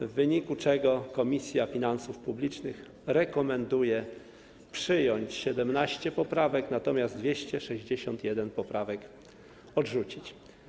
W wyniku tych prac Komisja Finansów Publicznych rekomenduje przyjęcie 17 poprawek, natomiast 261 poprawek proponuje odrzucić.